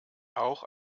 auch